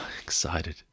excited